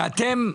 ואתם,